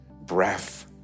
breath